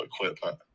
equipment